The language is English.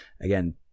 again